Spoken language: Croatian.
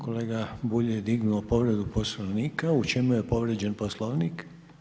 Kolega Bulj je dignuo povredu Poslovnika, u čemu je povrijeđen Poslovnik?